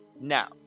Now